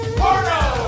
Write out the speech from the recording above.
porno